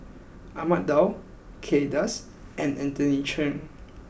Ahmad Daud Kay Das and Anthony Chen